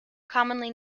commonly